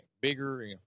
bigger